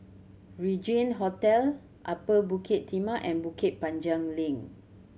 Regin Hotel Upper Bukit Timah and Bukit Panjang Link